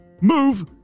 move